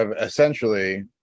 essentially